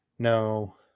No